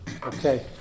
Okay